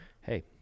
hey